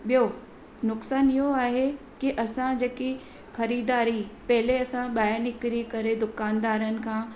ॿियो नुक़सानु इहो आहे की असां जेकी ख़रीदारी पहिरियों असां ॿाहिरि निकरी करे दुकानदारनि खां